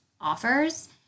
offers